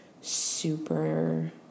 super